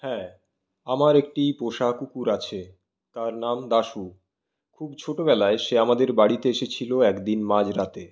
হ্যাঁ আমার একটি পোষা কুকুর আছে তার নাম দাশু খুব ছোটবেলায় সে আমাদের বাড়িতে এসেছিল একদিন মাঝরাতে